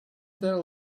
their